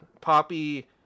Poppy